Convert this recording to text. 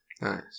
Nice